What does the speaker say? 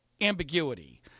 ambiguity